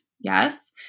Yes